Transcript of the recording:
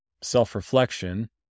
self-reflection